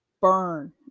burn